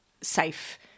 safe